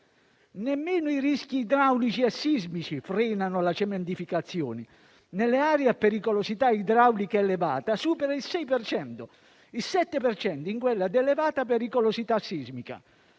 Nemmeno i rischi idraulici e sismici frenano la cementificazione. Nelle aree a pericolosità idraulica elevata supera il 6 per cento e il 7 per cento in quelle ad elevata pericolosità sismica.